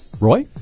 Roy